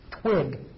twig